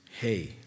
hey